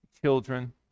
Children